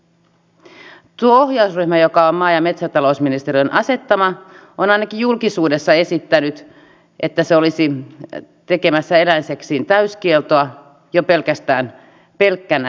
tuo ohjausryhmä joka on maa ja metsätalousministeriön asettama on ainakin julkisuudessa esittänyt että se olisi tekemässä eläinseksin täyskieltoa jo pelkkänä tekona